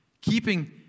keeping